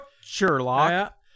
Sherlock